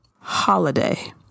Holiday